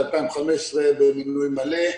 ב-2015 במינוי מלא,